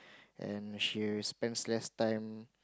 and she spends less time